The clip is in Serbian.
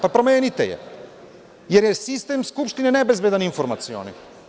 Pa, promenite je, jer je sistem Skupštine nebezbedan informaciono.